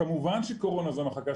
כמובן, שקורונה, זו מחלה